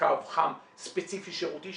קו חם ספציפי שירותי,